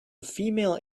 female